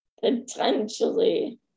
potentially